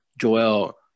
Joel